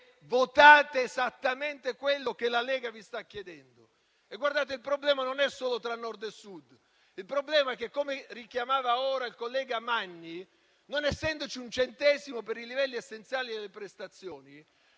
e se votate esattamente quello che la Lega vi sta chiedendo. E guardate che il problema non è solo tra Nord e Sud. Il problema è che - come detto poco fa dal collega Magni - non essendoci un centesimo per i livelli essenziali delle prestazioni,